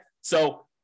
So-